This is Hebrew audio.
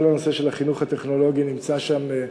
כל הנושא של החינוך הטכנולוגי מוצה שם,